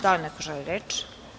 Da li neko želi reč?